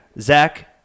Zach